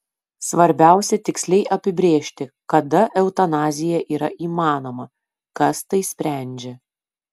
svarbiausia tiksliai apibrėžti kada eutanazija yra įmanoma kas tai sprendžia